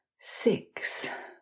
six